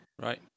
Right